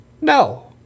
No